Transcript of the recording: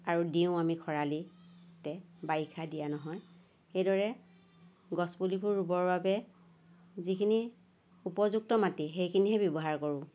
আৰু দিও আমি খৰালিতে বাৰিষা দিয়া নহয় সেইদৰে গছ পুলিবোৰ ৰুবৰ বাবে যিখিনি উপযুক্ত মাটি সেইখিনিহে ব্যৱহাৰ কৰোঁ